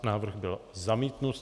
Návrh byl zamítnut.